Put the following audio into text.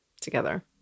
together